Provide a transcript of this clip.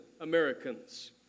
americans